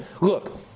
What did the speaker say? Look